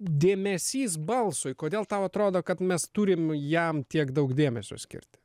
dėmesys balsui kodėl tau atrodo kad mes turim jam tiek daug dėmesio skirti